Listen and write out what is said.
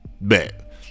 Bet